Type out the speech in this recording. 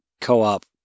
co-op